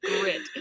grit